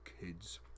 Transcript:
Kids